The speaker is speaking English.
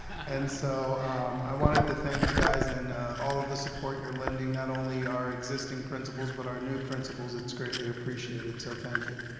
and so i wanted to thank you guys and all of the support you're lending not only our existing principles but our new principles. it's greatly appreciated, so thank you.